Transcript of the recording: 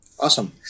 Awesome